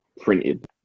printed